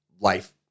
life